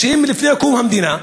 שהם מלפני קום המדינה,